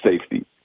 safety